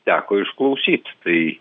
teko išklausyt tai